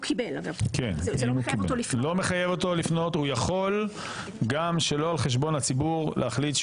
עזוב איך הוא כתוב ומה הכוונות שלו, מה התכלית של